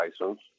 license